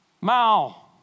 Mao